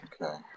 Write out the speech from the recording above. Okay